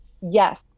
Yes